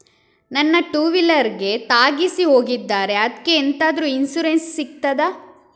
ನನ್ನ ಟೂವೀಲರ್ ಗೆ ತಾಗಿಸಿ ಹೋಗಿದ್ದಾರೆ ಅದ್ಕೆ ಎಂತಾದ್ರು ಇನ್ಸೂರೆನ್ಸ್ ಸಿಗ್ತದ?